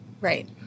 right